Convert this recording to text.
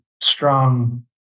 strong